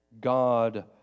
God